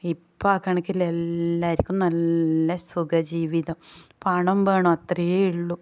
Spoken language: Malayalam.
ഇപ്പോൾ ആ കണക്കിൽ എലാവർക്കും നല്ല സുഖ ജീവിതം പണം വേണം അത്രെയേ ഉള്ളൂ